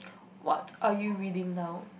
what are you reading now